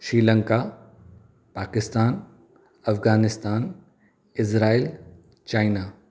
Sri Lanka Pakistan Afghanistan Israel China